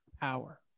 power